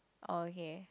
okay